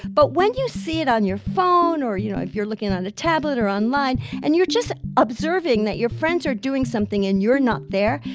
but when you see it on your phone or, you know, if you're looking on a tablet or online and you're just observing that your friends are doing something and you're not there,